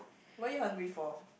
what you hungry for